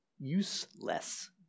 useless